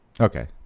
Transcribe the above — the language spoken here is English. Okay